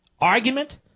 argument